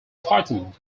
fighting